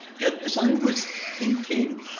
and as i was thinking,